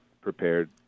prepared